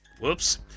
Whoops